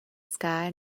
sky